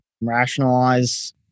rationalize